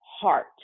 heart